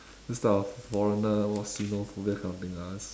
those type of foreigner what xenophobia kind of thing ah it's